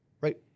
right